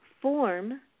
Form